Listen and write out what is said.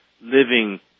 living